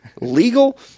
legal